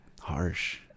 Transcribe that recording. harsh